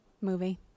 movie